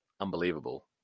Unbelievable